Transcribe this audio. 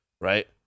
Right